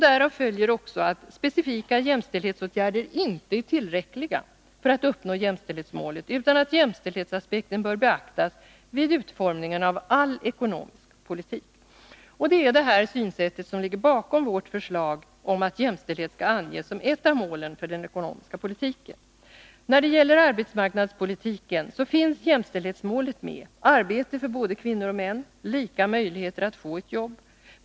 Därav följer också att specifika jämställdhetsåtgärder inte är tillräckliga för att vi skall uppnå jämställdhetsmålet, utan att jämställdhetsaspekten bör beaktas vid utformningen av all ekonomisk politik. Det är det här synsättet som ligger bakom vårt förslag om att jämställdhet skall anges som ett av målen för den ekonomiska politiken. När det gäller arbetsmarknadspolitiken finns jämställdhetsmålet med: arbete för både kvinnor och män och lika möjligheter att få ett jobb.